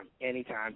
anytime